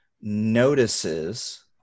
notices